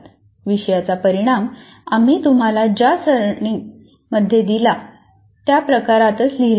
विषयाचा परिणाम आम्ही तुम्हाला ज्या सारणी मध्ये दिला त्या प्रकारातच लिहिला पाहिजे